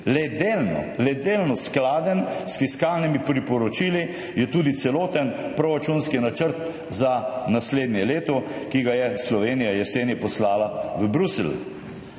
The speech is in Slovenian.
le delno skladen s fiskalnimi priporočili je tudi celoten proračunski načrt za naslednje leto, ki ga je Slovenija jeseni poslala v Bruselj.